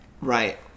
Right